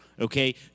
okay